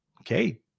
Okay